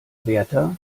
wärter